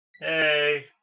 Hey